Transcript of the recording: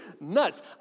nuts